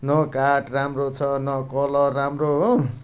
न काठ राम्रो छ न कलर राम्रो हो